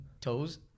toes